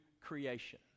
creation